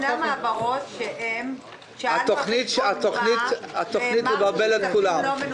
התוכנית מבלבלת את כולם.